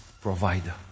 provider